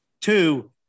Two